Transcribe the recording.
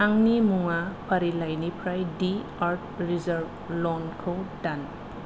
आंनि मुवा फारिलाइनिफ्राय दि आर्थ रिजार्व लंखौ दान